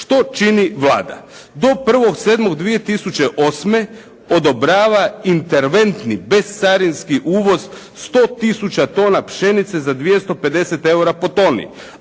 Što čini Vlada? Do 1.7.2008. odobrava interventni bescarinski uvoz 100 tisuća tona pšenice za 250 eura po toni,